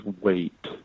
wait